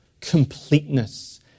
completeness